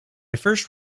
first